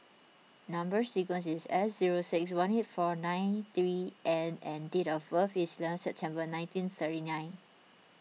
Number Sequence is S zero six one eight four nine three N and date of birth is eleven September nineteen thirty nine